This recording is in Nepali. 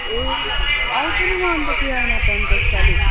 ए आउँछु नि म अन्त तिहारमा त अन्त यसपालि